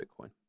Bitcoin